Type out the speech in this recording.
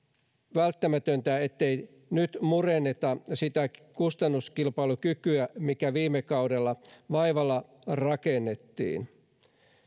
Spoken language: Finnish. välttämätöntä ettei nyt murenneta sitä kustannuskilpailukykyä mikä viime kaudella vaivalla rakennettiin